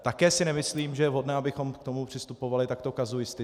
Také si nemyslím, že je vhodné, abychom k tomu přistupovali takto kazuisticky.